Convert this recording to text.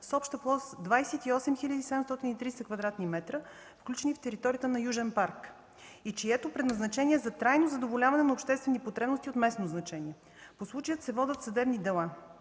с обща площ 28 хил. 730 кв.м, включени в територията на Южен парк и чието предназначение е за трайно задоволяване на обществени потребности от местно значение. По случая се водят съдебни дела.